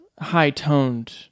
high-toned